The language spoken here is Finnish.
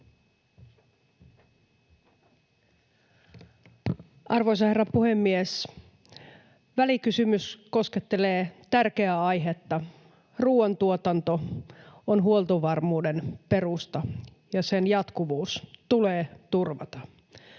Arvoisa herra puhemies! Välikysymys koskettelee tärkeää aihetta. Ruuantuotanto on huoltovarmuuden perusta, ja sen jatkuvuus tulee turvata.